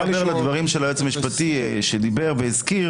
אני מתחבר לדברים של היועץ המשפטי שדיבר והזכיר